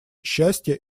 счастья